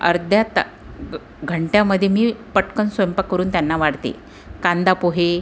अर्ध्या ता घंट्यामध्ये मी पटकन स्वयंपाक करून त्यांना वाढते कांदा पोहे